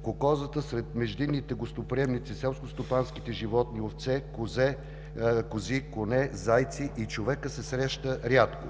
ехинококозата сред междинните гостоприемници, селскостопанските животни овце, кози, коне, зайци и човека се среща рядко.